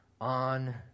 on